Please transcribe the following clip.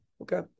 Okay